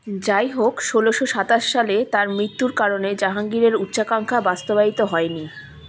যাই হোক ষোলোশো সাতাশ সালে তার মৃত্যুর কারণে জাহাঙ্গীরের উচ্চাকাঙ্ক্ষা বাস্তবায়িত হয়নি